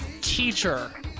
teacher